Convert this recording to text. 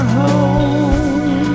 home